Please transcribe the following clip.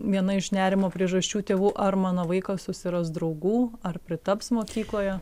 viena iš nerimo priežasčių tėvų ar mano vaikas susiras draugų ar pritaps mokykloje